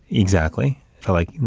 exactly, like, you know,